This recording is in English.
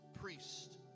priest